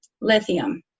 lithium